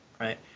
right